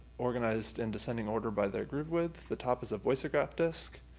organized in descending order by their groove width. the top is a voice-o-graph disc,